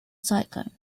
cyclone